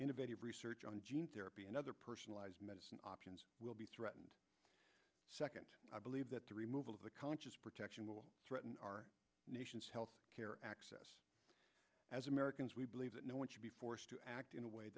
innovative research on gene therapy and other personalized medicine options will be threatened second i believe that the removal of the conscious protection will threaten our nation's health care access as americans we believe that no one should be forced to act in a way